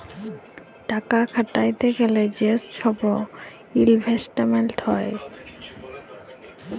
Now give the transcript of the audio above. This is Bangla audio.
টাকা খাটাইতে গ্যালে যে ছব ইলভেস্টমেল্ট হ্যয়